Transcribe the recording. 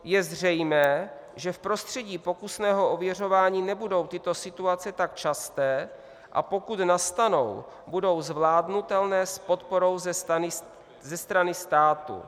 Je zřejmé, že v prostředí pokusného ověřování nebudou tyto situace tak časté, a pokud nastanou, budou zvládnutelné s podporou ze strany státu.